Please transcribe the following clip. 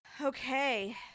okay